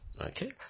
Okay